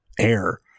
air